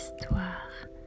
histoire